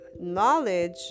knowledge